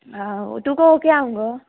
हां तुका ओके हा मुगो